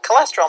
cholesterol